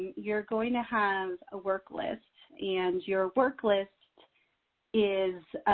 you're going to have a work list. and your work list is